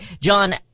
John